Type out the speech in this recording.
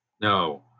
No